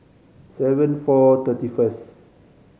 seven four thirty first